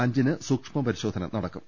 അഞ്ചിന് സൂക്ഷ്മപരിശോധന നടക്കും